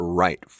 right